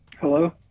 hello